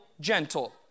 gentle